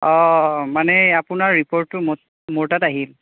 অঁ মানে আপোনাৰ ৰিপৰ্টটো মোত মোৰ তাত আহিল